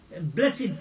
blessed